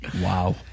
Wow